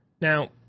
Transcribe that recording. Now